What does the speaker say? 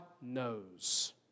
knows